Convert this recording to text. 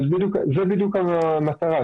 אבל זו בדיוק המטרה,